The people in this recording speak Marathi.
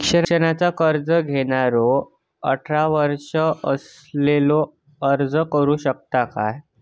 शिक्षणाचा कर्ज घेणारो अठरा वर्ष असलेलो अर्ज करू शकता काय?